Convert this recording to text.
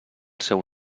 seu